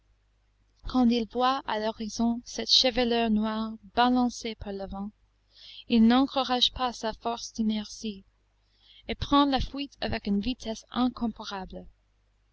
il voit à l'horizon cette chevelure noire balancée par le vent il n'encourage pas sa force d'inertie et prend la fuite avec une vitesse incomparable